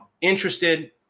interested